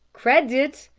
credit!